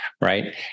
right